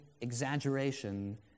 exaggeration